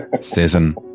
season